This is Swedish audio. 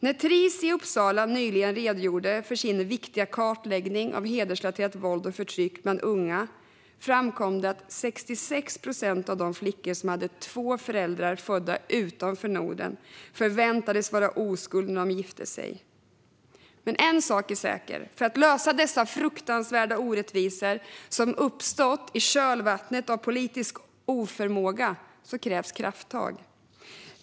När Tris i Uppsala nyligen redogjorde för sin viktiga kartläggning av hedersrelaterat våld och förtryck bland unga framkom det att 66 procent av de flickor som hade två föräldrar födda utanför Norden förväntades vara oskuld när de gifte sig. En sak är säker: För att lösa dessa fruktansvärda orättvisor som uppstått i kölvattnet av politisk oförmåga krävs krafttag.